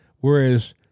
Whereas